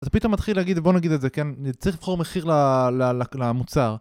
אז הוא פתאום מתחיל להגיד, בוא נגיד את זה, אני צריך לבחור מחיר ל.. ל.. ל.. למוצר